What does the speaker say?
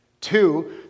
Two